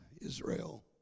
Israel